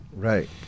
Right